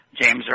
James